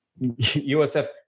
USF